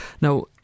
Now